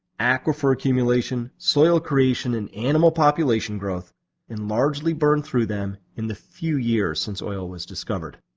aquifer accumulation, soil creation, and animal population growth and largely burned through them in the few years since oil was discovered.